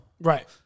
Right